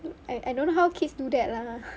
I I don't know how kids do that lah !huh!